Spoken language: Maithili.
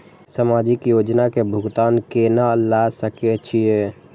समाजिक योजना के भुगतान केना ल सके छिऐ?